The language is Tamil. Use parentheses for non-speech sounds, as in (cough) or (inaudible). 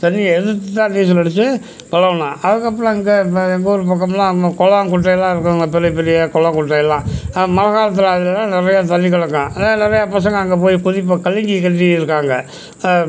தண்ணியை எதிர்த்து தான் நீச்சலடித்து பழகுணும் அதுக்கப்புறம் அங்கே இப்போ எங்கள் ஊர் பக்கமெல்லாம் குளம் குட்டை எல்லாம் இருக்குதுங்க பெரிய பெரிய குளம் குட்டை எல்லாம் மழைக் காலத்தில் அதுலெல்லாம் நிறைய தண்ணி கிடக்கும் அதே நிறையா பசங்கள் அங்கே போய் குதிப்போம் (unintelligible) கட்டி இருக்காங்க